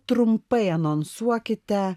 trumpai anonsuokite